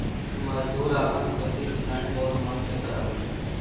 मजदूर आपन खेती किसानी बहुत मन से करलन